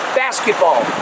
basketball